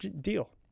deal